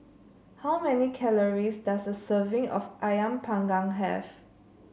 how many calories does a serving of ayam Panggang have